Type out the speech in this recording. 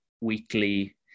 weekly